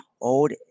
old